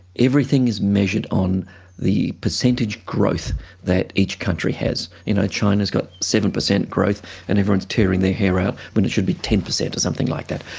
everything is measured on the percentage growth that each country has. you know, china's got seven percent growth and everyone's tearing their hair out when it should be ten percent or something like that.